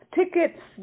tickets